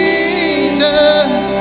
Jesus